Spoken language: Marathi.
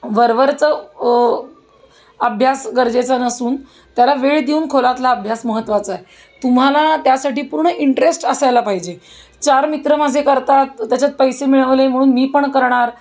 वरवरचा अभ्यास गरजेचा नसून त्याला वेळ देऊन खोलातला अभ्यास महत्त्वाचा आहे तुम्हाला त्यासाठी पूर्ण इंटरेस्ट असायला पाहिजे चार मित्र माझे करतात त्याच्यात पैसे मिळवले म्हणून मी पण करणार